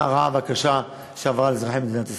הרעה והקשה שעברה על אזרחי מדינת ישראל.